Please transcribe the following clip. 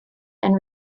and